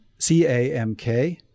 CAMK